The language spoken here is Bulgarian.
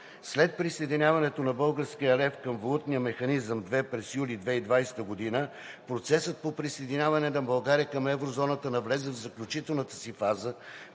След присъединяването на българския лев към Валутния механизъм ERM II през юли 2020 г. процесът по присъединяване на България към еврозоната навлезе в заключителната си фаза,